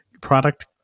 Product